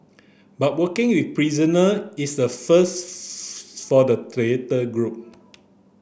but working with prisoner is a first for the theatre group